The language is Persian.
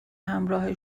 همراه